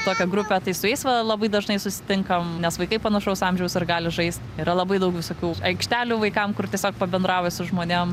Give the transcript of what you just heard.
tokia grupė tai su jais va labai dažnai susitinkam nes vaikai panašaus amžiaus ar gali žaist yra labai daug visokių aikštelių vaikam kur tiesiog pabendrauji su žmonėm